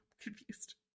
confused